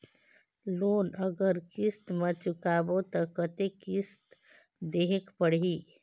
Loan अगर किस्त म चुकाबो तो कतेक किस्त देहेक पढ़ही?